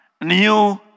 new